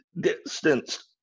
distance